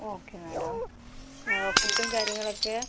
okay madam ഫുഡും കാര്യങ്ങളൊക്കെ